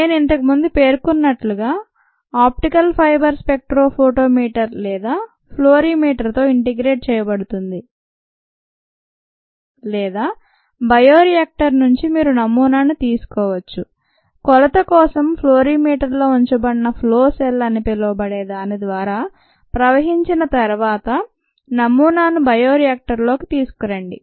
నేను ఇంతకు ముందు పేర్కొన్నట్లుగా ఆప్టికల్ ఫైబర్ స్పెక్ట్రోఫోటోమీటర్ లేదా ఫ్లోరిమీటర్తో ఇంటిగ్రేట్ చేయబడుతుంది లేదా బయోరియాక్టర్ నుంచి మీరు నమూనాను తీసుకోవచ్చు కొలత కోసం ఫ్లోరిమీటర్లో ఉంచబడిన ఫ్లో సెల్ అని పిలువబడే దాని ద్వారా ప్రవహించిన తర్వాత నమూనాను బయోరియాక్టర్లోకి తీసుకురండి